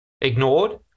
ignored